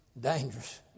Dangerous